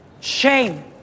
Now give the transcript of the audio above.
Shame